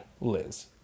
Liz